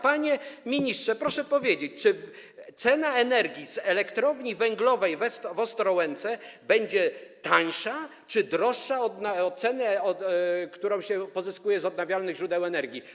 Panie ministrze, proszę powiedzieć, czy cena energii z elektrowni węglowej w Ostrołęce będzie niższa czy wyższa od ceny energii, którą się pozyskuje z odnawialnych źródeł energii.